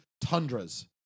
tundras